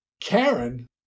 Karen